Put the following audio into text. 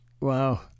Wow